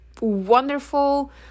wonderful